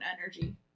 energy